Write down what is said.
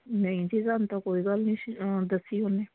ਨਹੀਂ ਜੀ ਸਾਨੂੰ ਤਾਂ ਕੋਈ ਗੱਲ ਨਹੀਂ ਸੀ ਦੱਸੀ ਉਹਨੇ